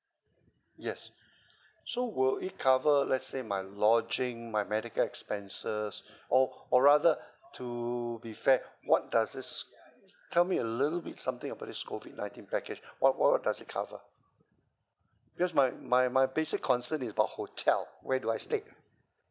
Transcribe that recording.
yes so will it cover let's say my lodging my medical expenses or or rather to be fair what does this tell me a little bit something about this COVID nineteen package what what does it cover because my my my basic concern is about hotel where do I stay